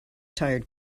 tired